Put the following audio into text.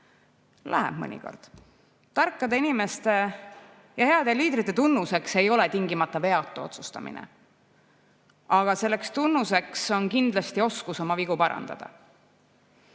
Läheb mõnikord. Tarkade inimeste ja heade liidrite tunnuseks ei ole tingimata veatu otsustamine, aga selleks tunnuseks on kindlasti oskus oma vigu parandada. President